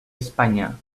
espanya